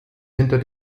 hinter